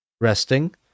resting